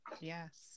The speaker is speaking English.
Yes